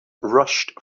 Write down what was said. rushed